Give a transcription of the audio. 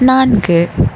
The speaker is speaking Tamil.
நான்கு